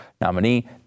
nominee